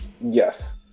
yes